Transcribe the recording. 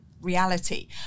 reality